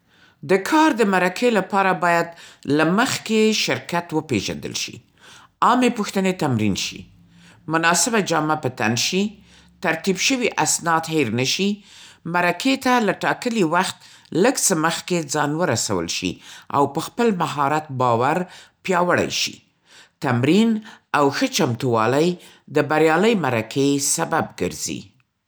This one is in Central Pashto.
د کار د مرکې لپاره باید له مخکې شرکت وپېژندل شي، عامې پوښتنې تمرین شي، مناسبه جامه په تن شي، ترتیب شوي اسناد هېر نه شي، مرکې ته له ټاکلي وخت لږ څه مخکې ځان ورسول شي او پر خپل مهارت باور پیاوړی شي. تمرین او ښه چمتووالی د بریالۍ مرکې سبب ګرځي.